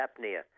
apnea